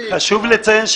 --- חשוב לציין,